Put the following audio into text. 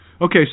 Okay